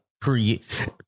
create